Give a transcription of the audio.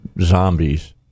zombies